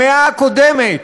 במאה הקודמת,